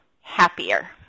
happier